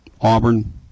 Auburn